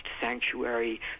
sanctuary